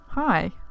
Hi